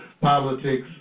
politics